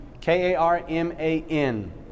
K-A-R-M-A-N